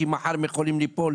כי מחר הם יכולים ליפול.